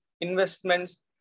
investments